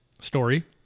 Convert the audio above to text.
story